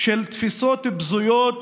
של תפיסות בזויות